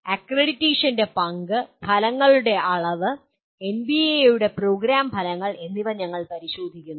അക്രഡിറ്റേഷന്റെ പങ്ക് ഫലങ്ങളുടെ അളവ് എൻബിഎയുടെ പ്രോഗ്രാം ഫലങ്ങൾ എന്നിവ ഞങ്ങൾ പരിശോധിക്കുന്നു